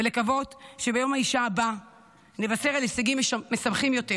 ולקוות שביום האישה הבא נבשר על הישגים משמחים יותר,